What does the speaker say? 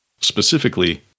Specifically